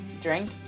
drink